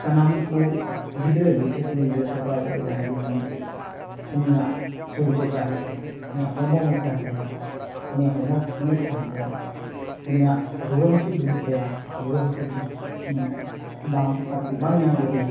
ᱥᱟᱱᱟᱢᱠᱚ ᱜᱤᱫᱽᱨᱟᱹᱜᱮ ᱥᱮ ᱠᱩᱲᱤ ᱜᱤᱫᱽᱨᱟᱹ ᱥᱮ ᱠᱚᱲᱟ ᱜᱤᱫᱽᱨᱟᱹ ᱡᱟᱦᱟᱸᱭᱜᱮ ᱢᱮᱱᱢᱮ ᱩᱱᱤᱭᱟᱜ ᱥᱚᱨᱤᱨ ᱪᱚᱨᱪᱟ ᱦᱩᱭᱩᱜ ᱛᱟᱭᱟ ᱩᱱᱤᱭᱟᱜ ᱦᱚᱲᱢᱚ ᱢᱚᱡᱽ ᱛᱟᱦᱮᱱ ᱛᱟᱭᱟ ᱩᱱᱤᱭᱟᱜ ᱦᱚᱲᱢᱚ ᱯᱷᱤᱴᱱᱮᱥ ᱛᱟᱦᱮᱱ ᱛᱟᱭᱟ ᱩᱱᱤᱭᱟᱜ ᱨᱩᱣᱟᱹᱼᱦᱟᱹᱥᱩ ᱫᱩᱨᱩᱜ ᱛᱟᱭᱟ ᱨᱩᱣᱟᱹᱼᱦᱟᱥᱩ ᱴᱷᱤᱠ ᱵᱟᱝ ᱟᱨᱠᱤ ᱵᱟᱝ ᱧᱟᱢᱜᱚᱫᱮᱭᱟ